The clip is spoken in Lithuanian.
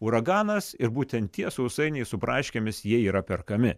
uraganas ir būtent tie sausainiai su braškėmis jie yra perkami